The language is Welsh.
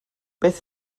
beth